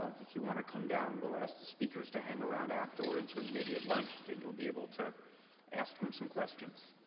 if you want to come down, we'll ask the speakers to hang around afterwards or maybe at lunch, that you'll be able to ask them some questions.